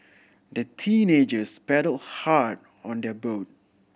the teenagers paddled hard on their boat